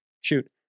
Shoot